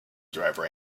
driver